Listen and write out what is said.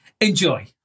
enjoy